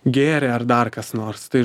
gėrė ar dar kas nors tai